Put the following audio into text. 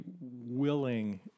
willing